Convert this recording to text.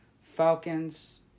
Falcons